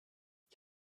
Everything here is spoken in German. ich